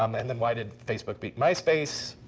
um and then why did facebook beat myspace?